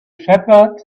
shepherd